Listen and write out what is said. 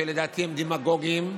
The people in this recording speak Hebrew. שלדעתי הם דמגוגיים,